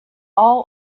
all